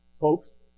Folks